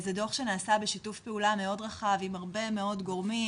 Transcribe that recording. זה דו"ח שנעשה בשיתוף פעולה מאוד רחב עם הרבה מאוד גורמים,